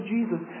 Jesus